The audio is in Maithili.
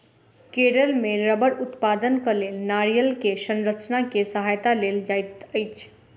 केरल मे रबड़ उत्पादनक लेल नारियल के संरचना के सहायता लेल जाइत अछि